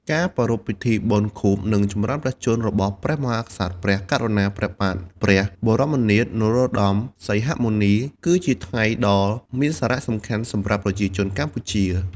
ការប្រារព្ធពិធីបុណ្យខួប និងចម្រើនព្រះជន្មរបស់ព្រះមហាក្សត្រ ព្រះករុណា ព្រះបាទសម្តេចព្រះបរមនាថ នរោត្តម សីហមុនី គឺជាថ្ងៃដ៏មានសារៈសំខាន់សម្រាប់ប្រជាជនកម្ពុជា។